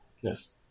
Yes